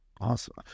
Awesome